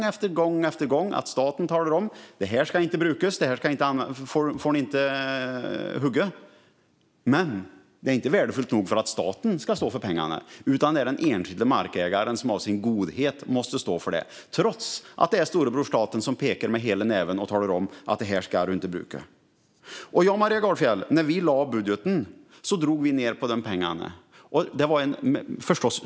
Vi ser dock gång efter gång att staten säger "Det här ska inte brukas - det här får du inte hugga" men att det inte är värdefullt nog för att staten ska stå för pengarna. I stället är det den enskilda markägaren som i sin godhet måste stå för det, trots att det är storebror staten som pekar med hela näven och talar om att marken inte får brukas. Ja, Maria Gardfjell, vi drog ned på pengarna när vi lade fram vårt budgetförslag.